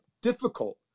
difficult